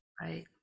Right